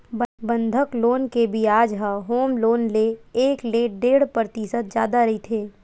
बंधक लोन के बियाज ह होम लोन ले एक ले डेढ़ परतिसत जादा रहिथे